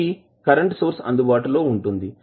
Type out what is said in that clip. ఒకటి current source అందుబాటులో ఉంటుంది